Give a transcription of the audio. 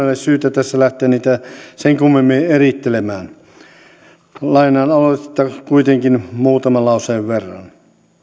ole syytä tässä lähteä niitä sen kummemmin erittelemään lainaan aloitetta kuitenkin muutaman lauseen verran